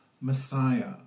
Messiah